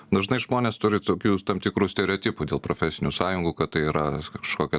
dažnai žmonės turi tokių tam tikrų stereotipų dėl profesinių sąjungų kad tai yra kažkokia